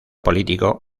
político